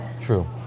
true